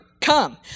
come